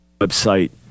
website